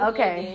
Okay